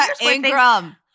Ingram